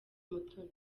mutoni